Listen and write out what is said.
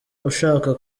ushaka